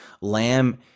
Lamb